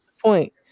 point